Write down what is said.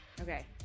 Okay